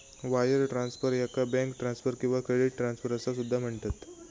wire transfer, याका bank transfer किंवा credit transfer असा सुद्धा म्हणतत